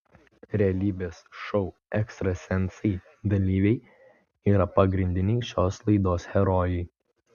realybės šou ekstrasensai dalyviai yra pagrindiniai šios laidos herojai